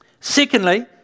Secondly